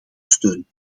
steun